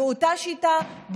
באותה שיטה,